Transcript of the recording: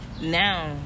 now